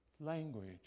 Language